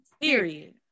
period